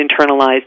internalized